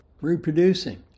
Reproducing